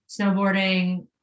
snowboarding